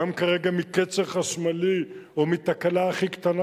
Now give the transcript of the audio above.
גם כרגע מקצר חשמלי או מתקלה הכי קטנה,